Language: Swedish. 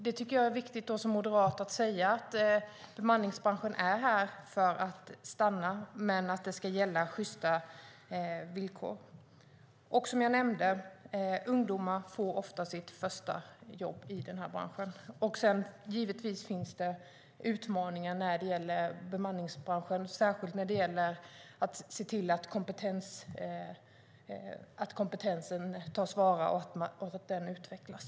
Det är viktigt för mig som moderat politiker att säga att bemanningsbranschen är här för att stanna, men där ska gälla sjysta villkor. Ungdomar får ofta sitt första jobb i branschen. Givetvis finns utmaningar i bemanningsbranschen, särskilt i fråga om att kompetensen tas till vara och utvecklas.